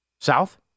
South